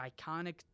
iconic